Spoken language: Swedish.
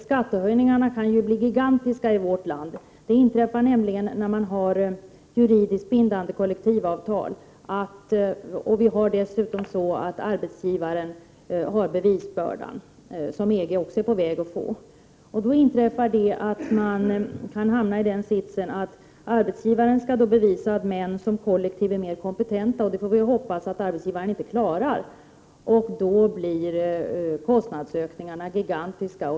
Skattehöjningarna kan nämligen bli gigantiska i vårt land, vilket inträffar när kollektivavtalen är juridiskt bindande och arbetsgivaren dessutom har bevisbördan — något som också EG är på väg att införa. Då kan man hamna i den sitsen att arbetsgivaren skall bevisa att män som kollektiv är mer kompetenta — vilket vi får hoppas att arbetsgivaren inte klarar — och då blir kostnadsökningarna gigantiska.